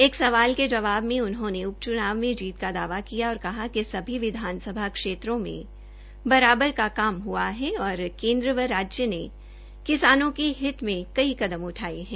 एक सवाल के जवाब में उन्होंने उप च्नाव में जीत का दावा किया और कहा कि सभी विधानसभा क्षेत्रों मे बराबर का काम हआ है और केन्द्र व राज्य सरकार ने किसानों के हित के लिए कई कदम उठाये है